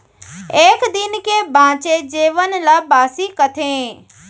एक दिन के बांचे जेवन ल बासी कथें